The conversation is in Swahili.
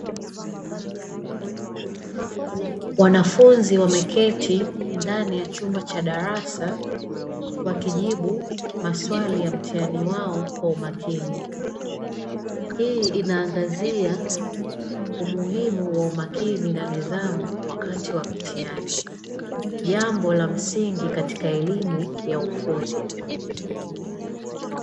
Wanafunzi wameketi ndani ya chumba cha darasa wakijibu maswali ya mtihani wao kwa umakini, hii inaangazia umuhimu wa umakini na nidhamu wakati wa mitihani, jambo la msingi katika elimu ya ufundi.